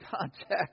contact